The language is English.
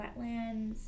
wetlands